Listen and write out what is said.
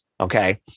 Okay